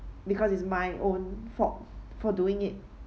because it's my own fault for doing it